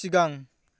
सिगां